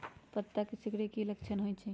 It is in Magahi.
पत्ता के सिकुड़े के की लक्षण होइ छइ?